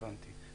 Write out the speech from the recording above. הבנתי.